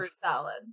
salad